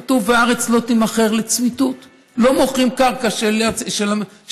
כתוב: "והארץ לא תִמכר לצמִתֻת" לא מוכרים קרקע של המדינה,